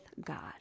God